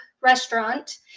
Restaurant